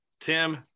Tim